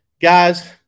guys